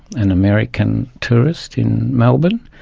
an american tourist in melbourne.